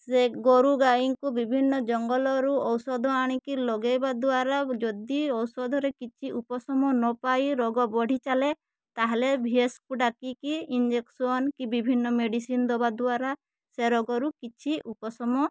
ସେ ଗୋରୁଗାଈଙ୍କୁ ବିଭିନ୍ନ ଜଙ୍ଗଲରୁ ଔଷଧ ଆଣିକି ଲଗାଇବା ଦ୍ୱାରା ଯଦି ଔଷଧରେ କିଛି ଉପଶମ ନପାଇ ରୋଗ ବଢ଼ି ଚାଲେ ତା'ହେଲେ ଭି ଏସ୍ ଡାକିକି ଇଞ୍ଜେକ୍ସନ କି ବିଭିନ୍ନ ମେଡ଼ିସିନ ଦବା ଦ୍ୱାରା ସେ ରୋଗରୁ କିଛି ଉପଶମ